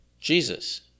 jesus